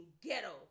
ghetto